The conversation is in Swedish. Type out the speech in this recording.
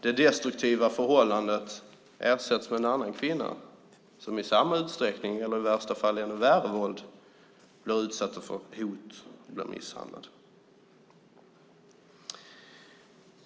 det destruktiva förhållandet ersätts med en annan kvinna som i samma utsträckning eller i värsta fall ännu värre blir utsatt för hot och misshandel.